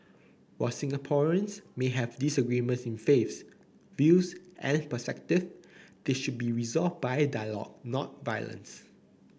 while Singaporeans may have disagreements in faiths views and perspective they should be resolved by dialogue not violence